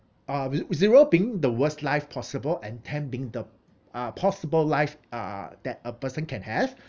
uh with zero being the worst life possible and ten being the uh possible life uh that a person can have